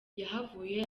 yahavuye